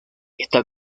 está